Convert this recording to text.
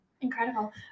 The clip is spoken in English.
Incredible